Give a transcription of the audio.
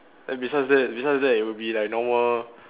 then besides that besides that it'll be like normal